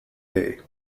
day